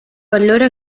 allora